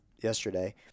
yesterday